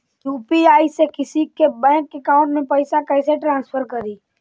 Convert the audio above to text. UPI से किसी के बैंक अकाउंट में पैसा कैसे ट्रांसफर करी?